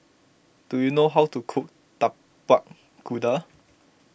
do you know how to cook Tapak Kuda